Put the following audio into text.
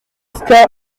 oscar